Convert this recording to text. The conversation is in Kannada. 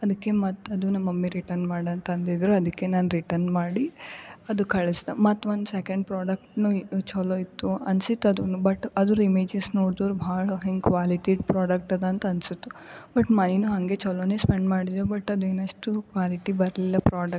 ಅದ್ಕೆ ಮತ್ತು ಅದು ನಮ್ಮ ಮಮ್ಮಿ ರಿಟರ್ನ್ ಮಾಡು ಅಂತ ಅಂದಿದ್ರು ಅದ್ಕೆ ನಾನು ರಿಟರ್ನ್ ಮಾಡಿ ಅದು ಕಳಿಸಿದೆ ಮತ್ತು ಒಂದು ಸೆಕೆಂಡ್ ಪ್ರಾಡಕ್ಟನು ಚಲೋ ಇತ್ತು ಅನಿಸಿತ್ತು ಅದು ಬಟ್ ಅದರ ಇಮೇಜಸ್ ನೋಡ್ದೋರು ಭಾಳ ಹೆಂಗೆ ಕ್ವಾಲಿಟಿ ಪ್ರಾಡಕ್ಟ್ ಅದು ಅಂತ ಅನಿಸಿತ್ತು ಬಟ್ ಮನಿನು ಹಂಗೆ ಚಲೊ ಸ್ಪೆಂಡ್ ಮಾಡಿದೀವಿ ಬಟ್ ಅದು ಏನಷ್ಟು ಕ್ವಾಲಿಟಿ ಬರಲಿಲ್ಲ ಪ್ರಾಡಕ್ಟ್